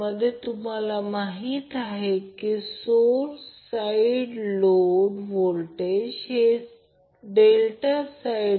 तर आपल्याला line current Ia माहित आहे आत्ताच आपण Ia √ 3 IAB अँगल 30o काढले आहे